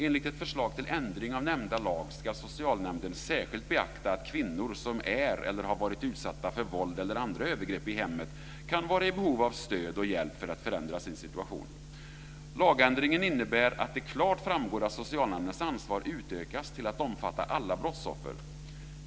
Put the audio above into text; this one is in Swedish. Enligt ett förslag till ändring av nämnda lag ska socialnämnden särskilt beakta att kvinnor som är eller har varit utsatta för våld eller andra övergrepp i hemmet kan vara i behov av stöd och hjälp för att förändra sin situation. Lagändringen innebär att det klart framgår att socialnämndens ansvar utökas till att omfatta alla brottsoffer.